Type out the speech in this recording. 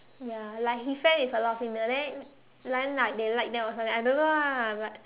ya like he fell with a lot of female then then like they like them or something I don't know ah but